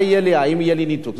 ומה יהיה לי, האם יהיה לי ניתוק?